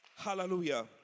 Hallelujah